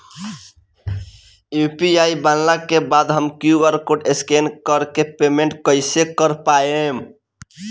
UPI बनला के बाद हम क्यू.आर कोड स्कैन कर के पेमेंट कइसे कर पाएम?